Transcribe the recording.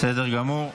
בסדר גמור,